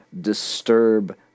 disturb